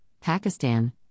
Pakistan